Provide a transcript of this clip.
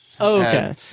Okay